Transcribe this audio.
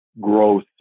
growth